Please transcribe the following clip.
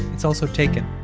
it's also taken